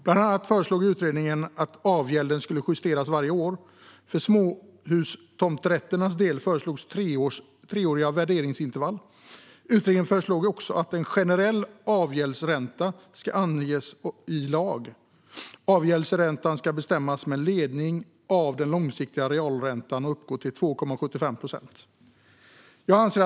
Bland annat föreslog utredningen att avgälden ska justeras varje år. För småhustomträtternas del föreslogs treåriga värderingsintervall. Utredningen föreslog också att en generell avgäldsränta ska anges i lag. Avgäldsräntan ska bestämmas med ledning av den långsiktiga realräntan och uppgå till 2,75 procent.